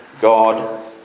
god